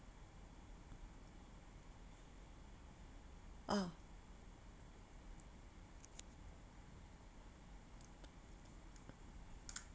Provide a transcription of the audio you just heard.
ah